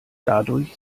dadurch